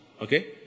Okay